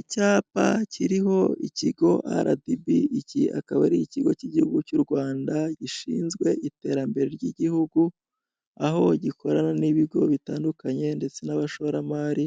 Icyapa kiriho ikigo RDB, iki akaba ari Ikigo cy'Igihugu cy'u Rwanda gishinzwe iterambere ry'Igihugu, aho gikorana n'ibigo bitandukanye ndetse n'abashoramari,